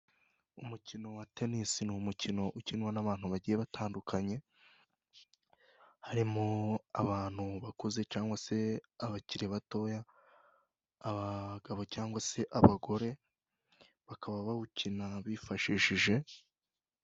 Umukino wa tenisi ni umukino ukinwa n'abantu bagiye batandukanye, harimo abantu bakuze cyangwa se abakiri batoya abagabo cyangwa se abagore bakaba bawukina bifashishije.